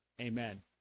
Amen